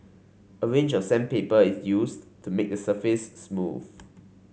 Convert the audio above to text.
a range of sandpaper is used to make the surface smooth